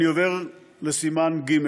אני עובר לסימן ג'.